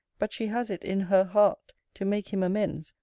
but she has it in her heart to make him amends,